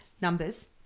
numbers